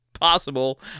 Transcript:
possible